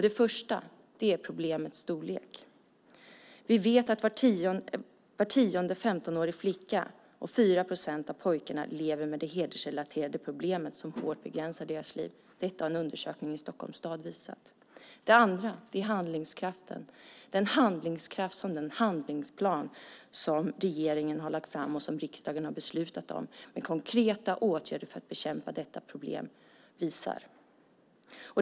Den första är problemets storlek. Vi vet att var tionde 15-årig flicka och 4 procent av pojkarna lever med hedersrelaterade problem som hårt begränsar deras liv. Detta har en undersökning i Stockholms stad visat. Den andra är handlingskraften, alltså den handlingskraft som visas av den handlingsplan som regeringen har lagt fram och som riksdagen har beslutat om med konkreta åtgärder för att bekämpa detta problem.